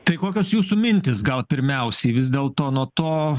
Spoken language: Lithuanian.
tai kokios jūsų mintys gal pirmiausiai vis dėlto nuo to